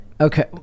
Okay